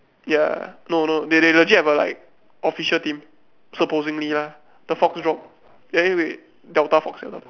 ya no no they they legit have a like official team supposing lah the fox drop eh wait delta fox delta fox yeah